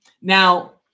Now